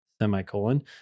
semicolon